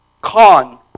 Con